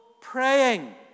praying